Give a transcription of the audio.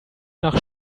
nach